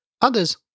Others